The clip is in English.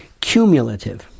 Cumulative